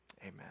amen